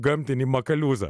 gamtinį makaliūzą